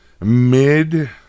mid